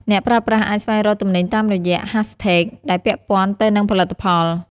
អ្នកប្រើប្រាស់អាចស្វែងរកទំនិញតាមរយៈ ហាស់ ថេក hashtags ដែលពាក់ព័ន្ធទៅនឹងផលិតផល។